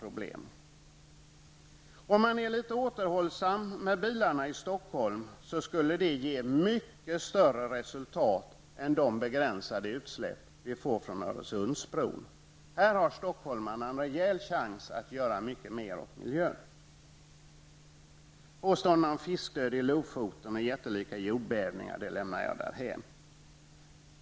Om man skulle vara litet återhållsam med bilarna i Stockholm skulle det ge mycket stora resultat. Det kan jämföras med de begränsade utsläpp som kommer från Öresundsbron. Stockholmarna har en rejäl chans att göra mycket mer åt miljön. Påståendena om fiskdöd i Lofoten och jättelika jordbävningar lämnar jag därhän.